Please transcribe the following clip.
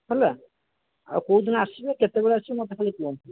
ହେଲା ଆଉ କେଉଁଦିନ ଆସିବେ କେତେବେଳେ ଆସିବେ ମୋତେ ଖାଲି କୁହନ୍ତୁ